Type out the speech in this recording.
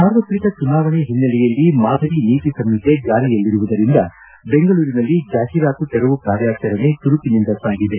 ಸಾರ್ವತ್ರಿಕ ಚುನಾವಣೆ ಓನ್ನೆಲೆಯಲ್ಲಿ ಮಾದರಿ ನೀತಿ ಸಂಹಿತೆ ಜಾರಿಯಲ್ಲಿರುವುದರಿಂದ ಬೆಂಗಳೂರಿನಲ್ಲಿ ಜಾಹೀರಾತು ತೆರವು ಕಾರ್ಯಾಚರಣೆ ಚುರುಕಿನಿಂದ ಸಾಗಿದೆ